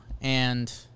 and-